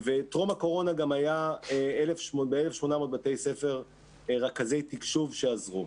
טרום הקורונה גם היה ב-1,800 בתי ספר רכזי תקשוב שעזרו.